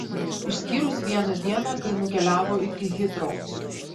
išskyrus vieną dieną kai nukeliavo iki hitrou